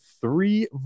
three